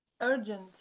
urgent